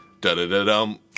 Da-da-da-dum